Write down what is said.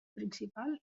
principal